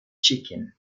chicken